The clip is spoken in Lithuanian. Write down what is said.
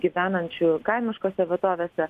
gyvenančių kaimiškose vietovėse